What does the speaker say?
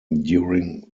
during